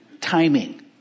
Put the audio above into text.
Timing